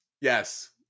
Yes